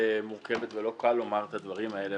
מורכבת ולא קל לומר את הדברים האלה,